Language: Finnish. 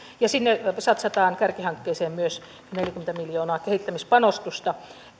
ja sinne satsataan kärkihankkeeseen myös neljäkymmentä miljoonaa kehittämispanostusta